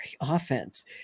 offense